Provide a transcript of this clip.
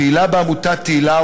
פעילה בעמותת תהילה,